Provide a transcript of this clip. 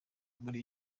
muri